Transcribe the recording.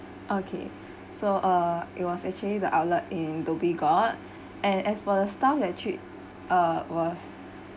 okay so uh it was actually the outlet in Dhoby Ghaut and as for the staff that actually uh was